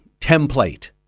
template